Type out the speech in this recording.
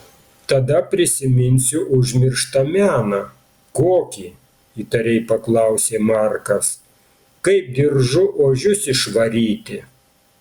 tada prisiminsiu užmirštą meną kokį įtariai paklausė markas kaip diržu ožius išvaryti